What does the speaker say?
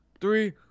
three